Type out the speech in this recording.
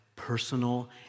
personal